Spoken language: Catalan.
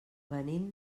venim